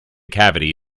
cavity